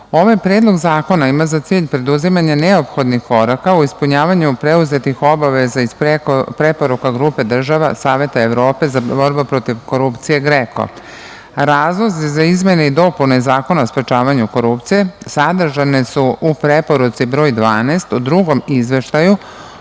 Predlog zakona ima za cilj preduzimanje neophodnih koraka ka ispunjavanju preuzetih obaveza iz preporuka grupe država Saveta Evrope za borbu protiv korupcije – GREKO. Razlozi za izmene i dopune Zakona o sprečavanju korupcije sadržane su u preporuci broj 12 u Drugom izveštaju